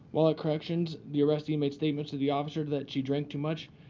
while at corrections, the arrestee made statements to the officer that she drank too much.